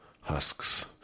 husks